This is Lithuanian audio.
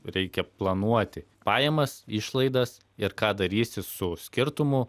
reikia planuoti pajamas išlaidas ir ką darysi su skirtumu